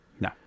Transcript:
No